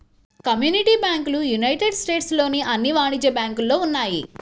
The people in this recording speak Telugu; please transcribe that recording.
కమ్యూనిటీ బ్యాంకులు యునైటెడ్ స్టేట్స్ లోని అన్ని వాణిజ్య బ్యాంకులలో ఉన్నాయి